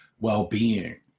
well-being